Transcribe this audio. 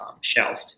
shelved